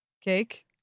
Cake